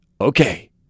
Okay